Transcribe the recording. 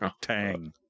tang